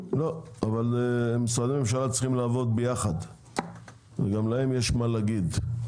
אבל משרדי הממשלה צריכים לעבוד ביחד וגם להם יש מה להגיד.